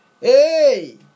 hey